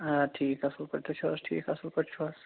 آ ٹھیٖک اَصٕل پٲٹھۍ تُہۍ چھُو حظ ٹھیٖک اَصٕل پٲٹھۍ چھُو حظ